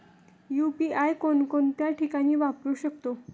UPI कोणकोणत्या ठिकाणी वापरू शकतो?